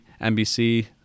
NBC